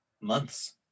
Months